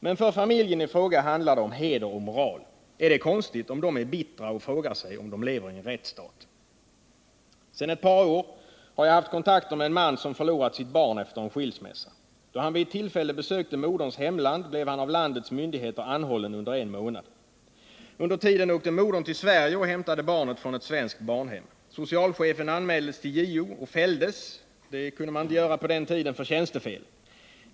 Men för familjen i fråga handlar det om heder och moral. Är det konstigt om de är bittra och frågar sig om de lever i en rättsstat? Sedan ett par år har jag haft kontakter med en man, som förlorat sitt barn efter en skilsmässa. Då han vid ett tillfälle besökte moderns hemland blev han av det landets myndigheter anhållen under en månad. Under tiden åkte modern till Sverige och hämtade barnet från ett svenskt barnhem. Socialchefen anmäldes till JO och fälldes — det kunde man göra på den tiden — för tjänstefel.